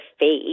face